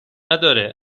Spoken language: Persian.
نداره